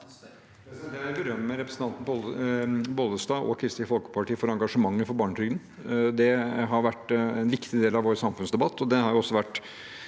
vil berømme representanten Bollestad og Kristelig Folkeparti for engasjementet for barnetrygden. Det har vært en viktig del av vår samfunnsdebatt, og stønadsbeløpet